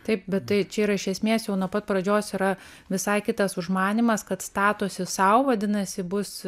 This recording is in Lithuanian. taip bet tai čia yra iš esmės jau nuo pat pradžios yra visai kitas užmanymas kad statosi sau vadinasi bus